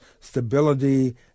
stability